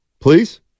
please